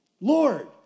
Lord